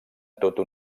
tota